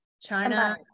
China